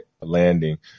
landing